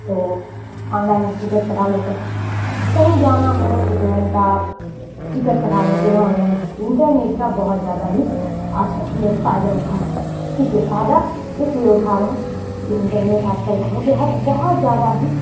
تو online ticket کٹا لیتے ہیں کہیں جانا ہو تو ٹرین کا ٹکٹ کٹا لیتے ہیں آن لائن انٹرنیٹ کا بہت زیادہ ہی آج کل ہم لوگ فائدہ اٹھا رہے ہیں کیونکہ فائدہ اس لیے اٹھا رہے ہیں کہ انٹرنیٹ آج کل کو ہو گیا ہے تو بہت زیادہ ہی